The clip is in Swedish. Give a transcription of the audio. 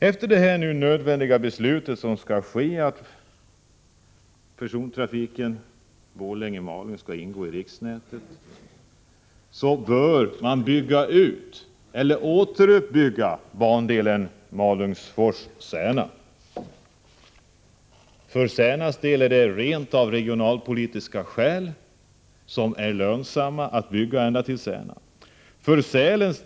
Efter det nödvändiga beslut som nu skall fattas, att persontrafiken Borlänge-Malung skall ingå i riksnätet, bör bandelen Malungsfors-Särna återuppbyggas. För Särnas del motiveras detta av regionalpolitiska skäl. Det är dessutom lönsamt att bygga ut järnvägen ända till Särna.